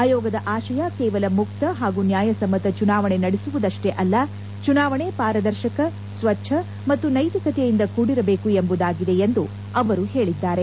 ಆಯೋಗದ ಆಶಯ ಕೇವಲ ಮುಕ್ತ ಹಾಗೂ ನ್ಯಾಯಸಮ್ಮತ ಚುನಾವಣೆ ನಡೆಸುವುದಷ್ಟೇ ಅಲ್ಲ ಚುನಾವಣೆ ಪಾರದರ್ಶಕ ಸ್ವಚ್ಚ ಮತ್ತು ನೈತಿಕತೆಯಿಂದ ಕೂಡಿರಬೇಕು ಎಂಬುದಾಗಿದೆ ಎಂದು ಅವರು ಹೇಳಿದ್ದಾರೆ